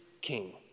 King